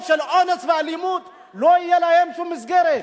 של אונס ואלימות לא תהיה להם שום מסגרת?